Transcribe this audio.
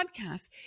podcast